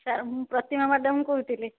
sir ମୁଁ Pratima madam କହୁଥିଲି